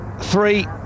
three